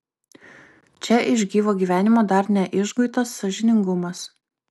čia iš gyvo gyvenimo dar neišguitas sąžiningumas